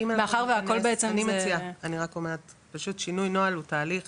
אני רק אומרת, פשוט שינוי נוהל הוא תהליך